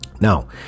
Now